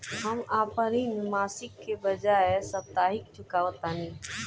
हम अपन ऋण मासिक के बजाय साप्ताहिक चुकावतानी